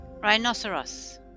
rhinoceros